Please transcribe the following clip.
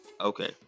okay